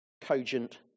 cogent